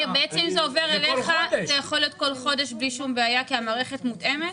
זה יכול להיות כל חודש בלי בעיה כי המערכת מותאמת?